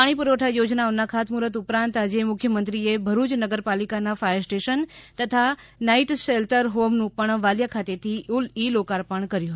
પાણી પુરવઠા યોજનાઓના ખાતમુફર્ત ઉપરાંત આજે મુખ્યમંત્રીએ ભરૂય નગરપાલિકાના ફાયર સ્ટેશન તથા નાઈટ શેલ્ટર હોમનું પણ વાલિયા ખાતેથી ઈ લોકાર્પણ કર્યું હતુ